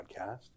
podcast